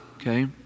Okay